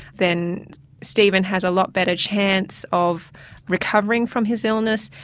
then steven has a lot better chance of recovering from his illness,